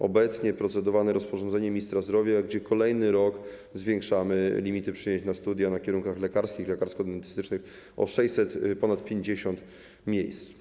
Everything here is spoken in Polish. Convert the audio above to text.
Obecnie jest procedowane rozporządzenie ministra zdrowia, w którym kolejny rok zwiększamy limity przyjęć na studia na kierunkach lekarskich i lekarsko-dentystycznych o ponad 650 miejsc.